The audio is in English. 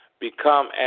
become